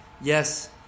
Yes